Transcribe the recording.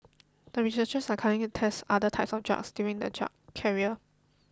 the researchers are currently test other types of drugs during the drug carrier